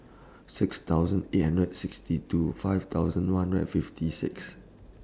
six thousand eight hundred sixty two five thousand one hundred and fifty six